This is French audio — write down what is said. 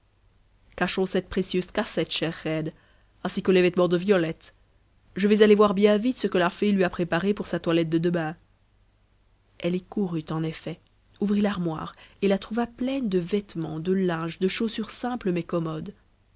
cette précieuse cassette chère reine ainsi que les vêtements de violette je vais aller voir bien'vite ce que la fée lui a préparé pour sa toilette de demain elle y courut en effet ouvrit l'armoire et la trouva pleine de vêtements de linge de chaussures simples mais commodes